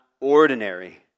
ordinary